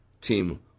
team